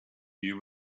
you